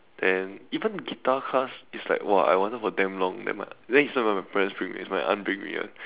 then even guitar class it's like !wah! I wanted for damn long then my then it's not even my parents bring me it's my aunt bring me [one]